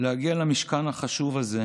להגיע למשכן החשוב הזה,